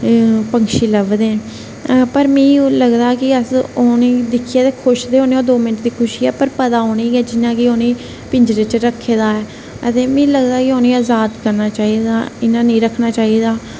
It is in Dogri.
पक्षी लभदे ना पर मिगी उसले लगदा हा कि अस उनेंगी दिक्खियै खुश ते होन्ने दो मिन्ट दी खुशी ऐ पर पता उनेंगी गी ऐ जियां कि उनेंगी पिंजरे च रक्खे दा है ते मिगी लगदा उनेंगी असें आजाद करना चाहिदा इयां नेईं रक्खना चाहिदा